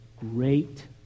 Great